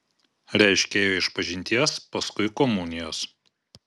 reiškia ėjo išpažinties paskui komunijos